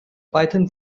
python